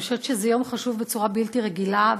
אני חושבת שזה יום חשוב בצורה בלתי רגילה,